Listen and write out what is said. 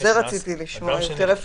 על זה רציתי לשמוע יותר.